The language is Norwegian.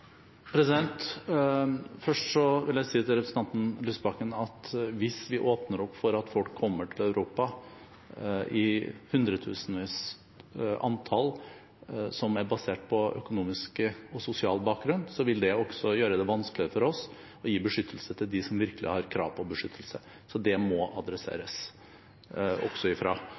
Først vil jeg si til representanten Lysbakken at hvis vi åpner opp for at folk kommer til Europa i et antall på hundretusenvis, basert på økonomisk og sosial bakgrunn, vil det gjøre det vanskeligere for oss å gi beskyttelse til dem som virkelig har krav på beskyttelse. Så det må adresseres, også